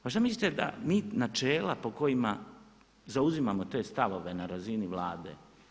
Pa šta mislite da mi načela po kojima zauzimamo te stavove na razini Vlade.